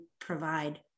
provide